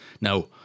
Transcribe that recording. Now